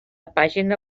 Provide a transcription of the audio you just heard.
pàgina